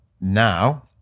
Now